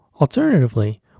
Alternatively